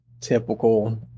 typical